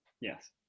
Yes